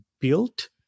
built